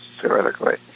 theoretically